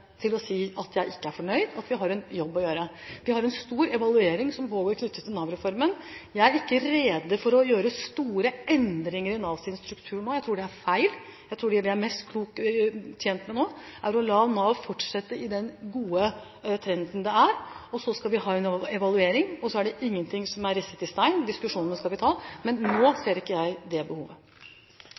til å si at jeg ikke er fornøyd, at vi har en jobb å gjøre. Vi har en stor evaluering knyttet til Nav-reformen som pågår. Jeg er ikke rede til å gjøre store endringer i Navs struktur nå – jeg tror det er feil. Jeg tror at det vi er best tjent med nå, er å la Nav fortsette den gode trenden. Vi skal ha en evaluering, og ingenting er risset i stein. Diskusjonene skal vi ta, men nå ser ikke jeg det behovet.